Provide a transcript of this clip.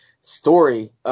story